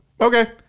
okay